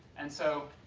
and so,